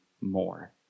more